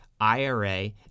IRA